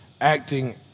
acting